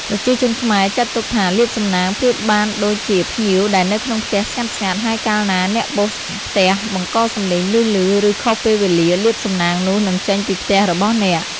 ប្រជាជនខ្មែរចាត់ទុកថាលាភសំណាងប្រៀបបានដូចជាភ្ញៀវដែលនៅក្នុងផ្ទះស្ងាត់ៗ ហើយកាលណាអ្នកបោសផ្ទះបង្កសំឡេងឮៗ ឬ ខុសពេលវេលា លាភសំណាងនោះនឹងចេញពីផ្ទះរបស់អ្នក។